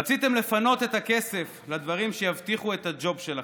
רציתם לפנות את הכסף לדברים שיבטיחו את הג'וב שלכם,